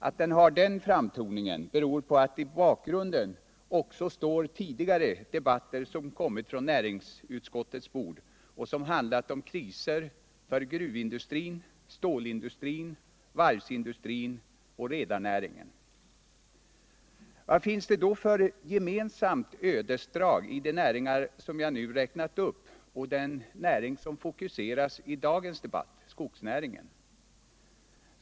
Att den har den framtoningen beror på att i bakgrunden också står tidigare debatter om betänkanden som kommit från näringsutskottets bord och som handlat om kriser för gruvindustrin, stålindustrin, varvsindustrin och rederinäringen. Vad finns det då för gemensamt ödesdrag i de näringar som jag nu räknat upp och den näring som fokuseras i dagens debatt, skogsnäringen?